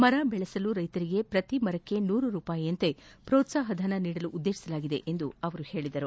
ಮರ ಬೆಳೆಸಲು ರೈತರಿಗೆ ಪ್ರತಿ ಮರಕ್ಕೆ ನೂರು ರೂಪಾಯಿಯಂತೆ ಪ್ರೋತ್ಸಾಹ ಧನ ನೀಡಲು ಉದ್ದೇಶಿಸಲಾಗಿದೆ ಎಂದು ತಿಳಿಸಿದರು